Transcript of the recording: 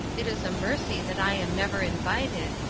it is a mercy that i am never invited,